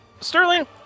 Sterling